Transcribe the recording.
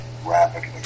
rapidly